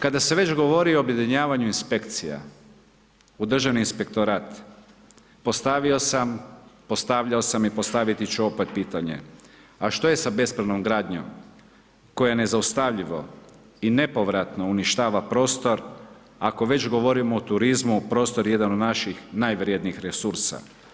Kada se već govori o objedinjavanju inspekcija u Državni inspektorat, postavio sam, postavljao sam i postavit ću opet pitanje, a što je sa bespravnom gradnjom koja nezaustavljivo i nepovratno uništava prostor, ako već govorimo o turizmu prostor je jedan od naših najvrjednijih resursa.